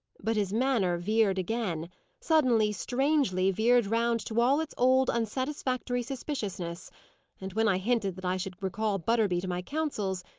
but his manner veered again suddenly, strangely veered round to all its old unsatisfactory suspiciousness and when i hinted that i should recall butterby to my counsels,